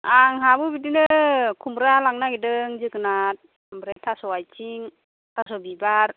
आंहाबो बिदिनो खुमब्रा लांनो नागिरदों जोगोनार ओमफ्राय थास' आइथिं थास' बिबार